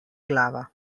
glava